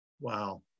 Wow